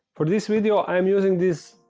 for this video. i'm using this